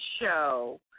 show